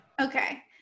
Okay